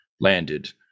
landed